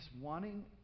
wanting